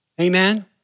Amen